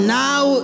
now